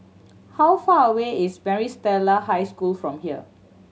how far away is Maris Stella High School from here